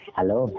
Hello